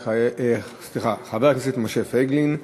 חבר הכנסת משה פייגלין,